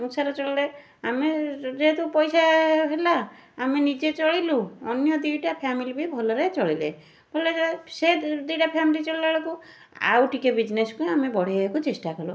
ସଂସାର ଚଳିଲେ ଆମେ ଯେହେତୁ ପଇସା ହେଲା ଆମେ ନିଜେ ଚଳିଲୁ ଅନ୍ୟ ଦୁଇଟା ଫ୍ୟାମିଲି ବି ଭଲରେ ଚଳିଲେ ଭଲରେ ଚଳିଲେ ସେ ଦୁଇଟା ଫ୍ୟାମିଲି ଚଳିଲା ବେଳକୁ ଆଉ ଟିକିଏ ବିଜନେସକୁ ଆମେ ବଢ଼େଇବାକୁ ଚେଷ୍ଟା କଲୁ